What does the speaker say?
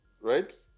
right